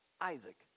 Isaac